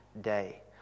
day